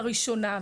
לראשונה,